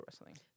wrestling